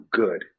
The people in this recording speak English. good